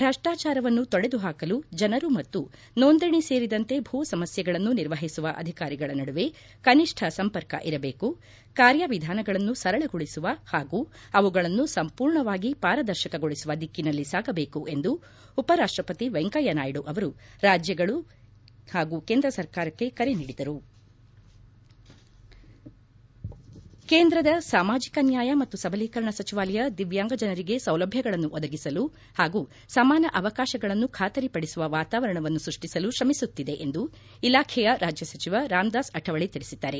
ಭ್ರಷ್ಟಾಚಾರವನ್ನು ತೊಡದುಹಾಕಲು ಜನರು ಮತ್ತು ನೋಂದಣಿ ಸೇರಿದಂತೆ ಭೂ ಸಮಸ್ಥೆಗಳನ್ನು ನಿರ್ವಹಿಸುವ ಅಧಿಕಾರಿಗಳ ನಡುವೆ ಕನಿಷ್ಠ ಸಂಪರ್ಕ ಇರಬೇಕು ಕಾರ್ಯವಿಧಾನಗಳನ್ನು ಸರಳಗೊಳಿಸುವ ಹಾಗೂ ಅವುಗಳನ್ನು ಸಂಪೂರ್ಣವಾಗಿ ಪಾರದರ್ಶಕಗೊಳಿಸುವ ದಿಕ್ಕಿನಲ್ಲಿ ಸಾಗಬೇಕು ಎಂದು ಉಪರಾಷ್ಟಪತಿ ವೆಂಕಯ್ಖನಾಯ್ದು ಅವರು ರಾಜ್ವಗಳು ಕೇಂದ್ರ ಸರ್ಕಾರಕ್ಷೆ ಕರೆ ನೀಡಿದರು ಕೇಂದ್ರದ ಸಾಮಾಜಿಕ ನ್ಯಾಯ ಮತ್ತು ಸಬಲೀಕರಣ ಸಚಿವಾಲಯ ದಿವ್ಲಾಂಗ ಜನರಿಗೆ ಸೌಲಭ್ಯಗಳನ್ನು ಒದಗಿಸಲು ಹಾಗೂ ಸಮಾನ ಅವಕಾಶಗಳನ್ನು ಖಾತರಿಪಡಿಸುವ ವಾತಾವರಣವನ್ನು ಸೃಷ್ಟಿಸಲು ಶ್ರಮಿಸುತ್ತಿದೆ ಎಂದು ಇಲಾಖೆಯ ರಾಜ್ಯ ಸಚಿವ ರಾಮ್ದಾಸ್ ಅಠವಳೆ ತಿಳಿಸಿದ್ದಾರೆ